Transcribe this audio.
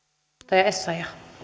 arvoisa